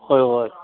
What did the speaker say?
ꯍꯣꯏ ꯍꯣꯏ